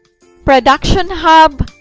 production hub,